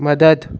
मदद